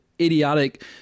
idiotic